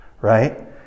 right